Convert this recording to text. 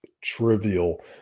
trivial